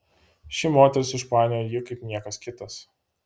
ši moteris užpainiojo jį kaip niekas kitas